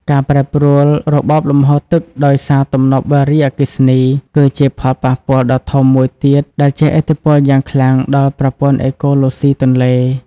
ការប្រែប្រួលរបបលំហូរទឹកដោយសារទំនប់វារីអគ្គិសនី គឺជាផលប៉ះពាល់ដ៏ធំមួយទៀតដែលជះឥទ្ធិពលយ៉ាងខ្លាំងដល់ប្រព័ន្ធអេកូឡូស៊ីទន្លេ។